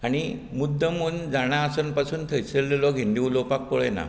आनी मुद्दामून जाणा आसून पासून थंयसले लोक हिंदी उलोवपाक पळयनात